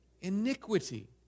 Iniquity